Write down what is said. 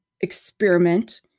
experiment